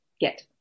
get